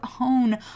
own